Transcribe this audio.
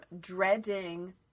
dreading